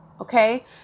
Okay